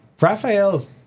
Raphael's